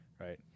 right